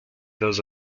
those